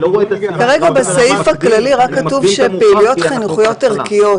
בסעיף הכללי כתוב "פעולות חינוכיות ערכיות",